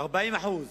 איזה אחוז?